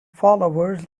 followers